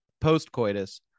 post-coitus